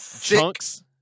chunks